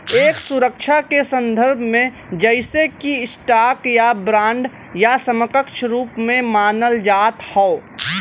एक सुरक्षा के संदर्भ में जइसे कि स्टॉक या बांड या समकक्ष रूप में मानल जात हौ